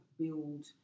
build